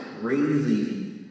crazy